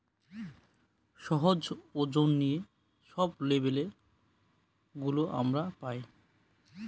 size, ওজন নিয়ে সব লেবেল গুলো আমরা পায়